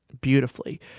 beautifully